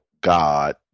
God